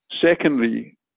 Secondly